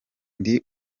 ndi